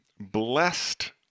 Blessed